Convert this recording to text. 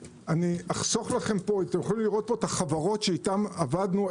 אתם יכולים לראות פה את החברות שאיתן עבדנו,